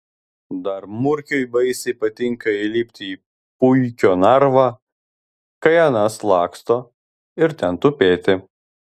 dar murkiui baisiai patinka įlipti į puikio narvą kai anas laksto ir ten tupėti